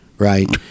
Right